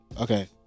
Okay